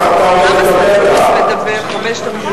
ואחר כך אתה עולה לדבר כאן.